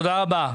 תודה רבה.